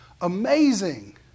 amazing